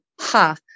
ha